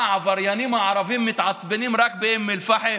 העבריינים הערבים מתעצבנים רק באום אל-פחם?